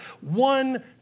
one